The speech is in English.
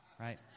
right